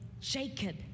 Jacob